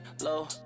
low